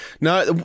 Now